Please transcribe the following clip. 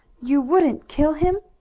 you wouldn't kill him?